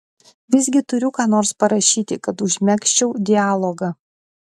visgi turiu ką nors parašyti kad užmegzčiau dialogą